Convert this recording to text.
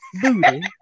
booty